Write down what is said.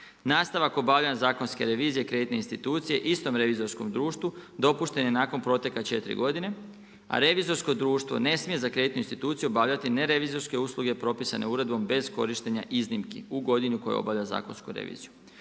Nastavak obavljanja zakonske revizije kreditne institucije istom revizorskom društvu, dopušten je nakon proteka 4 godine, a revizorsko društvo, ne smije za kreditnu instituciju obavljati nervizorske usluge propisane uredbe bez korištenja iznimki u godinu koja obavlja zakonsku reviziju.